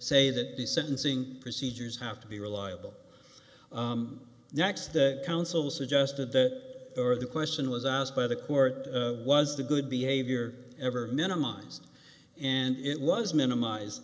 say that the sentencing procedures have to be reliable next the counsel suggested that or the question was asked by the court was the good behavior ever minimized and it was minimized